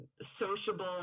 sociable